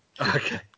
Okay